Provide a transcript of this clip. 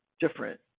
different